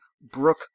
Brooke